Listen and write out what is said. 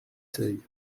seuils